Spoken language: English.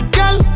Girl